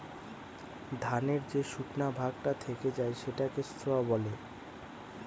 ধানের যে শুকনা ভাগটা থেকে যায় সেটাকে স্ত্র বলে